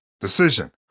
decision